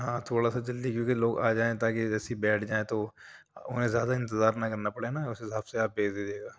ہاں تھوڑا سا جلدی کیوں کہ لوگ آ جائیں تا کہ جیسی بیٹھ جائیں تو اُنہیں زیادہ انتظار نہ کرنا پڑے نہ اُس حساب سے آپ بھیج دیجیے گا